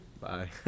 Bye